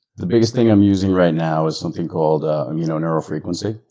the biggest thing i'm using right now is something called amino neuro frequency.